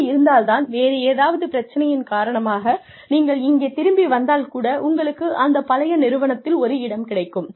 அப்படி இருந்தால் தான் வேறு ஏதாவது பிரச்சனையின் காரணமாக நீங்கள் இங்கே திரும்பி வந்தால் கூட உங்களுக்கு அந்த பழைய நிறுவனத்தில் ஒரு இடம் கிடைக்கும்